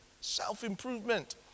Self-improvement